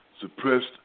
suppressed